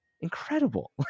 incredible